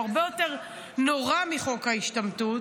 הוא הרבה יותר נורא מחוק ההשתמטות,